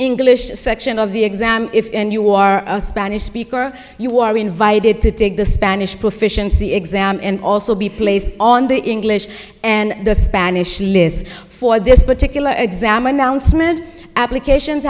english section of the exam if you are a spanish speaker you are invited to take the spanish proficiency exam and also be placed on the english and spanish list for this particular exam i mounted applications